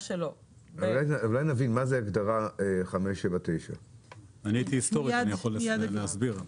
אולי נבין מה זאת הגדרה 579. אני יכול להסביר היסטורית.